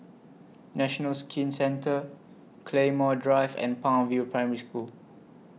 National Skin Centre Claymore Drive and Palm View Primary School